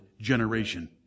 generation